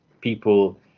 people